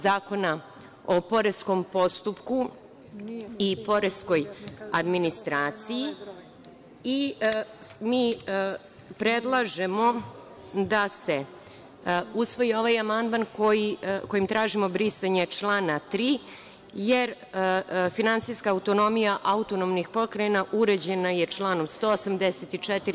Zakona o poreskom postupku i poreskoj administraciji i predlažemo da se usvoji ovaj amandman kojim tražimo brisanje člana 3, jer finansijska autonomija autonomnih pokrajina uređena je članom 184.